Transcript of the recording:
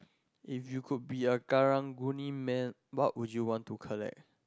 if you could be a Karang-Guni man what would you want to collect